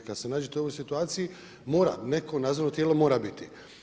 Kad se nađete u ovoj situaciji neko nadzornom tijelo mora biti.